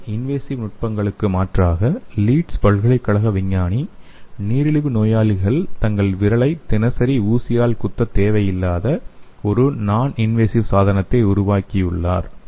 இந்த இன்வேசிவ் நுட்பங்களுக்கு மாற்றாக லீட்ஸ் பல்கலைக்கழக விஞ்ஞானி நீரிழிவு நோயாளிகள் தங்கள் விரலை தினசரி ஊசியால் குத்த தேவை இல்லாத ஒரு நான் இன்வேசிவ் சாதனத்தை உருவாக்கியுள்ளார்